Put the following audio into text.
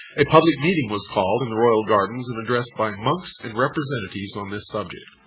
a public meeting was called in the royal gardens and addressed by monks and representatives on this subject.